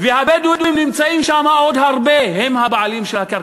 והבדואים נמצאים שם עוד הרבה, הם הבעלים של הקרקע,